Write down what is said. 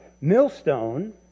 millstone